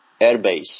airbase